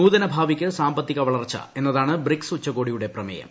നൂതന ഭാവിയ്ക്ക് സാമ്പത്തിക വളർച്ചഎന്നതാണ് ബ്രിക്സ് ഉച്ചകോടിയുടെ പ്രമേയം